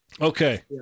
Okay